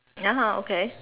(uh huh) okay